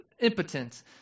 impotent